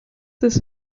this